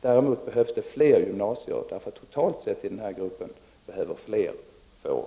Däremot behövs det fler gymnasier, eftersom totalt sett fler i den här gruppen behöver få